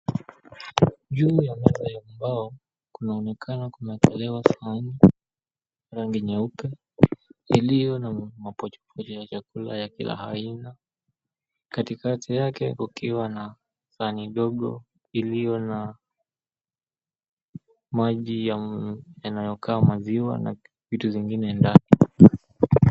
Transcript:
Juu ya meza ya mbao kunaonekana kumeekelewa sahani ya rangi nyeupe ilio na mapochopocho ya chakula ya kila aina, katikati yake kukiwa na sahani dogo ilio na maji yanayokaa maziwa na vitu zingine ndani.